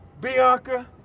Bianca